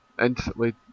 instantly